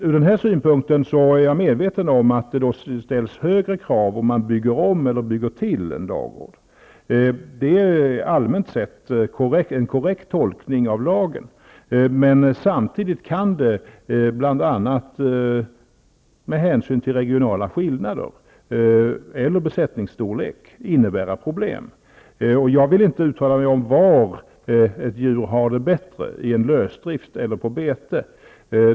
Från den synpunkten är jag medveten om att det ställs högre krav om man skall bygga om eller bygga till en ladugård. Det är allmänt sätt en korrekt tolkning av lagen. Samtidigt kan det, bl.a. med hänsyn till regionala skillnader eller besättningsstorlek, innebära problem. Jag vill inte uttala mig om var ett djur har det bättre, i lösdrift eller på bete.